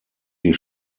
die